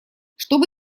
чтобы